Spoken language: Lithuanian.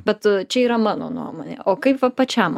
bet čia yra mano nuomonė o kaip va pačiam